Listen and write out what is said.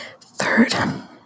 Third